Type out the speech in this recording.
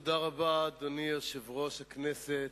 תודה רבה, אדוני יושב-ראש הכנסת.